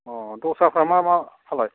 अ दस्राफ्रा मा मा फालाय